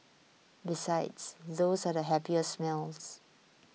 besides those are the happiest smells